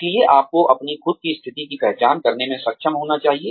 इसलिए आपको अपनी खुद की स्थिति की पहचान करने में सक्षम होना चाहिए